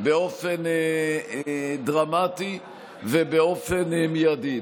באופן דרמטי ובאופן מיידי.